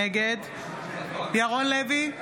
נגד ירון לוי,